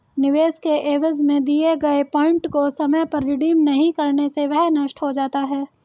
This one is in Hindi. निवेश के एवज में दिए गए पॉइंट को समय पर रिडीम नहीं करने से वह नष्ट हो जाता है